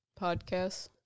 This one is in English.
podcasts